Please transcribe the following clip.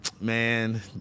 man